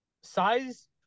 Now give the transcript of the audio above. size